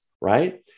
right